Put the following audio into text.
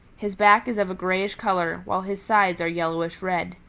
his back is of a grayish color, while his sides are yellowish red.